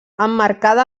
emmarcada